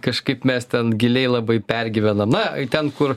kažkaip mes ten giliai labai pergyvenam na ten kur